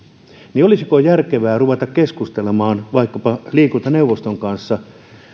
niin olisiko järkevää ruveta keskustelemaan vaikkapa liikuntaneuvoston kanssa